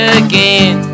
again